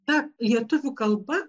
ta lietuvių kalba